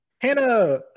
Hannah